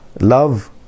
love